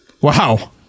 Wow